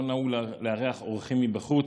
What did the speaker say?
לא נהוג לארח אורחים מבחוץ.